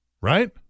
right